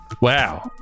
wow